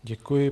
Děkuji.